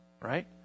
right